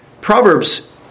Proverbs